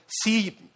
see